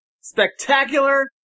spectacular